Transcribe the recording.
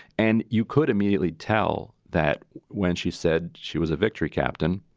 and you could immediately tell that when she said she was a victory captain,